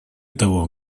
того